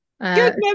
good